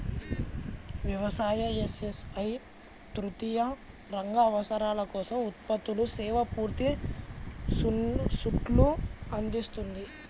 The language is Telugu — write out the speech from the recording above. వ్యవసాయ, ఎస్.ఎస్.ఐ తృతీయ రంగ అవసరాల కోసం ఉత్పత్తులు, సేవల పూర్తి సూట్ను అందిస్తుంది